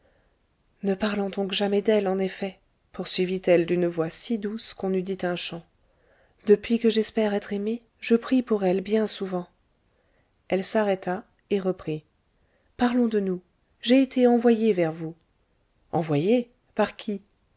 ne parlons donc jamais d'elle en effet poursuivit-elle d'une voix si douce qu'on eût dit un chant depuis que j'espère être aimée je prie pour elle bien souvent elle s'arrêta et reprit parlons de nous j'ai été envoyée vers vous envoyée par qui